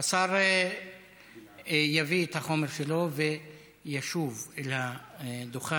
השר יביא את החומר שלו וישוב אל הדוכן.